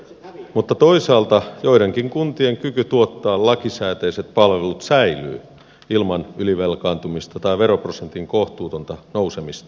mutta toisaalta joidenkin kuntien kyky tuottaa lakisääteiset palvelut säilyy ilman ylivelkaantumista tai veroprosentin kohtuutonta nousemista